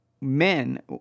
Men